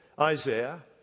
Isaiah